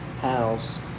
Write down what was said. house